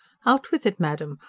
out with it, madam!